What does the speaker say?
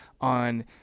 on